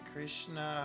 Krishna